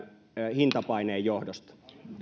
hintapaineen johdosta